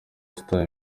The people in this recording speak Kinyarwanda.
star